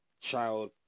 child